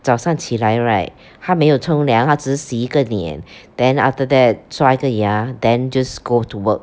早上起来 right 他没有冲凉他只是洗一个脸 then after that 刷一个牙 then just go to work